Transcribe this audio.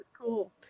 cool